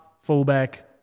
fullback